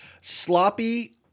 Sloppy